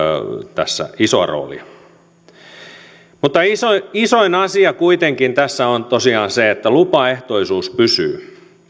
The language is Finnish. tässä isoa roolia isoin asia kuitenkin tässä on tosiaan se että lupaehtoisuus pysyy